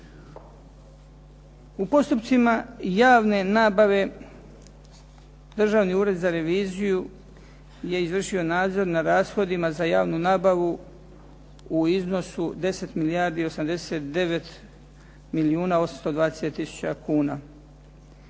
U postupcima javne nabave Državni ured za reviziju je izvršio nadzor nad rashodima za javnu nabavu u iznosu 10 milijardi i 89 milijuna 820 tisuća kuna.